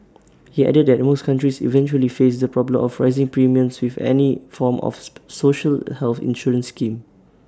he added that most countries eventually face the problem of rising premiums with any form of social health insurance scheme